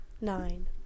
Nine